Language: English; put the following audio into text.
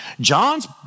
John's